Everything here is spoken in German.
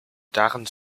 darin